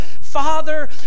father